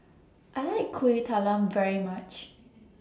I like Kuih Talam very much